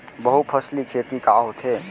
बहुफसली खेती का होथे?